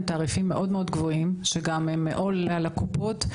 תעריפים מאוד מאוד גבוהים והם עול על הקופות.